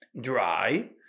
dry